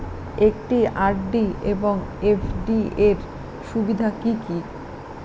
একটি আর.ডি এবং এফ.ডি এর সুবিধা কি কি?